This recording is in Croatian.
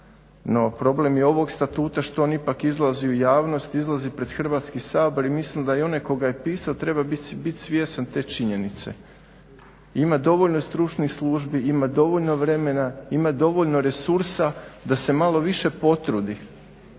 no problem je ovog statuta što on ipak izlazi u javnost, izlazi pred Hrvatski sabor i mislim da onaj tko ga je pisao treba biti svjestan te činjenice. Ima dovoljno stručnih službi, ima dovoljno vremena, ima dovoljno resursa da se malo više potrudi